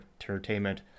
Entertainment